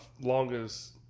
longest